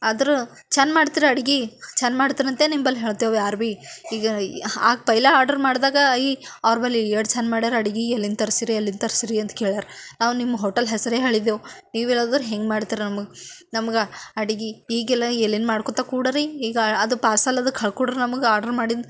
ಆದ್ರೆ ಚೆಂದ ಮಾಡ್ತೀರಿ ಅಡ್ಗೆ ಚೆಂದ ಮಾಡ್ತಿರಂತೇ ನಿಂಬಳಿ ಹೇಳ್ತೇವೆ ಯಾರು ಭೀ ಈಗ ಹಾಗೆ ಪೆಹ್ಲೇ ಆರ್ಡ್ರ್ ಮಾಡಿದಾಗ ಈ ಅವ್ರು ಬಳಿ ಎಷ್ಟ್ ಚೆಂದ ಮಾಡ್ಯಾರ ಅಡುಗೆ ಎಲ್ಲಿಂದ ತರಿಸ್ರಿ ಎಲ್ಲಿಂದ ತರಿಸ್ರಿ ಅಂತ ಕೇಳ್ಯಾರ ನಾವು ನಿಮ್ಮ ಹೋಟಲ್ ಹೆಸರೇ ಹೇಳಿದೇವು ನೀವು ಹಿಂಗೆ ಮಾಡ್ತೀರ ನಮಗೆ ನಮಗೆ ಅಡುಗೆ ಈಗೆಲ್ಲ ಎಲ್ಲಿಂದ ಮಾಡ್ಕೊಳ್ತಾ ಕೂಡ್ರಿ ಈಗ ಅದು ಪಾರ್ಸಲ್ ಅದಕ್ಕ ಹಾಕ್ಕೊಡ್ರಿ ನಮಗೆ ಆರ್ಡ್ರ್ ಮಾಡಿದ್ದು